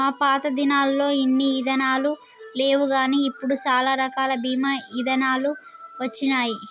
మా పాతదినాలల్లో ఇన్ని ఇదానాలు లేవుగాని ఇప్పుడు సాలా రకాల బీమా ఇదానాలు వచ్చినాయి